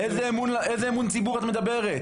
על איזה אמון ציבור את מדברת?